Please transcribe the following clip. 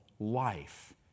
life